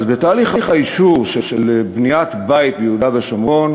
אז בתהליך האישור של בניית בית ביהודה ושומרון